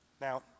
Now